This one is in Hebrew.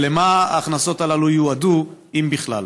2. למה ההכנסות הללו יועדו, אם בכלל?